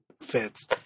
fits